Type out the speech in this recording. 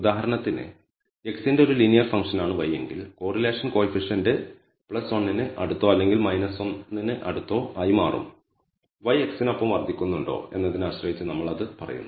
ഉദാഹരണത്തിന് x ന്റെ ഒരു ലീനിയർ ഫംഗ്ഷൻ ആണ് y എങ്കിൽ കോറിലേഷൻ കോയിഫിഷ്യന്റ് 1 ന് അടുത്തോ അല്ലെങ്കിൽ 1 ന് അടുത്തോ ആയി മാറും y x നൊപ്പം വർദ്ധിക്കുന്നുണ്ടോ എന്നതിനെ ആശ്രയിച്ച് നമ്മൾ അത് പറയുന്നു